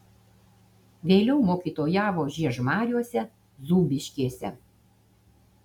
vėliau mokytojavo žiežmariuose zūbiškėse